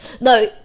no